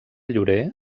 llorer